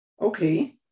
okay